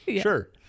Sure